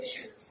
issues